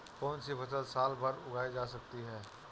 कौनसी फसल साल भर उगाई जा सकती है?